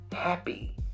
happy